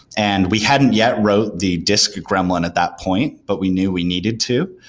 and we hadn't yet wrote the disk gremlin at that point, but we knew we needed to,